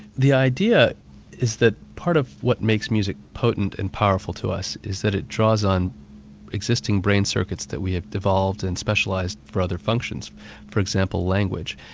the idea is that part of what makes music potent and powerful to us is that it draws on existing brain circuits that we have devolved and specialised brother functions for example language.